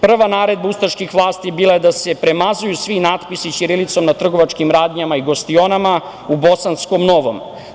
Prva naredba ustaških vlasti bila je da se premazuju svi natpisi ćirilicom na trgovačkim radnjama i gostionama u Bosanskom Novom.